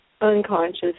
unconscious